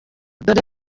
dore